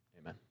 amen